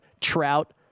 Trout